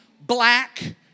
black